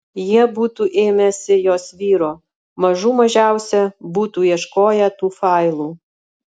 jie būtų ėmęsi jos vyro mažų mažiausia būtų ieškoję tų failų